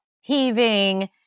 heaving